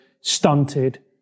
stunted